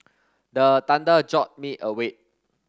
the thunder jolt me awake